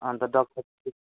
अन्त doctor fee